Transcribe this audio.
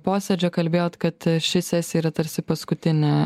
posėdžio kalbėjot kad ši sesija yra tarsi paskutinė